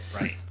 right